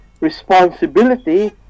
responsibility